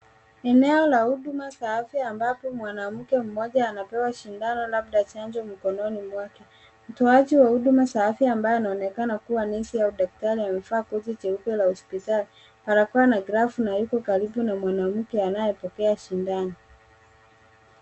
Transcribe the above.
Eneo la huduma za afya ambapo mwanamke mmoja anpewa shindano moja labda mkononi mwake. Mtoaji wa huduma za afya anaonekana kuwa nesi au daktari amevaa koti jeupe la hospitali, barakoa na glavu na yuko karibu na mwanamke anaaye pokea shindano.